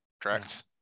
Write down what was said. Correct